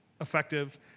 effective